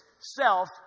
self